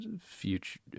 future